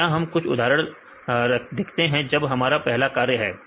तो क्या हम कुछ उदाहरण रखते हैं जब हमारा पहला कार्य है